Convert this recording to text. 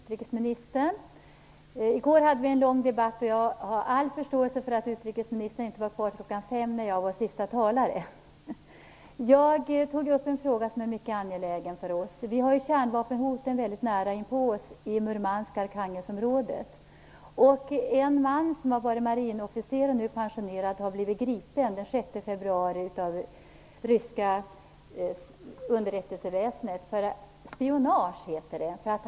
Fru talman! Jag vill ställa en fråga till utrikesministern. I går hade vi en lång debatt, och jag har all förståelse för att utrikesministern inte var kvar till klockan fem, då jag var sista talare. Jag tog då upp en fråga som är mycket angelägen för oss. Vi har ju kärnvapenhotet väldigt nära inpå oss i Murmansk-Arkhangelsk-området. En numera pensionerad marinofficer, Alexandr Nikitin, greps den 6 februari av det ryska underrättelseväsendet för spionage, som det heter.